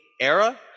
era